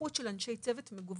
הנוכחות של אנשי צוות מגוונים,